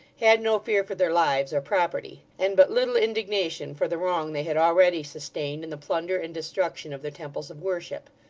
had no fear for their lives or property, and but little indignation for the wrong they had already sustained in the plunder and destruction of their temples of worship.